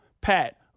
Pat